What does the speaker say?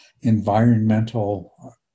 environmental